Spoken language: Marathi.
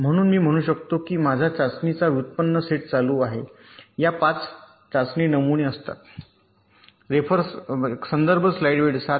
म्हणून मी म्हणू शकतो की माझा चाचणी चा व्युत्पन्न सेट चालू आहे या 5 चाचणी नमुने असतात